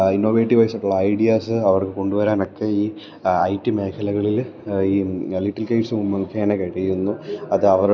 ഇന്നോവേറ്റീവൈസ് ഒക്കെ ഉള്ള ഐഡിയാസ് അവർക്കു കൊണ്ടുവരാൻ ഒക്കെ ഈ ഐ ടി മേഖലകളിൽ ഈ ലിറ്റിൽ കൈറ്റ്സ് മുഖേന കഴിയുന്നു അത് അവരുടെ